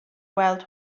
gweld